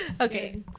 okay